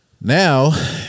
Now